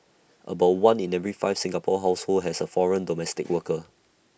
about one in every five Singapore households has A foreign domestic worker